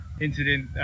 incident